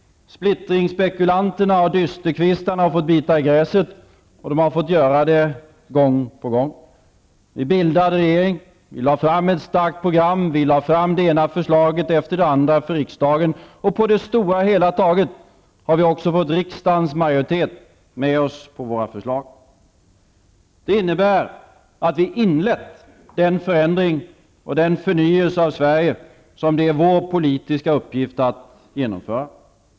Splittringsspekulanterna och dysterkvistarna har fått bita i gräset, och de har fått göra det gång på gång. Vi bildade regering. Vi lade fram ett starkt program och det ena förslaget efter det andra för riksdagen. På det stora hela taget har vi också fått riksdagens majoritet med oss på våra förslag. Det innebär att vi har inlett den förändring och förnyelse av Sverige som det är vår politiska uppgift att genomföra.